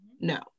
no